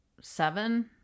seven